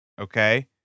Okay